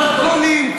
מרכולים,